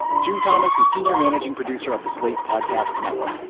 june thomas is senior managing producer of the slate podcast network.